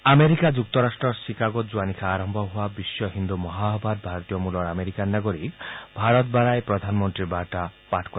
America যুক্তৰট্টৰ চিকাগোত যোৱা নিশা আৰম্ভ হোৱা বিশ্ব হিন্দু মহাসভাত ভাৰতীয়মূলৰ আমেৰিকান নাগৰিক ভাৰত বাৰাই প্ৰধানমন্ত্ৰীৰ বাৰ্তা পাঠ কৰে